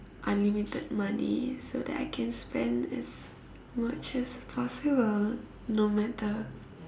unlimited money so that I can spend as much as possible no matter